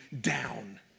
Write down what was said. down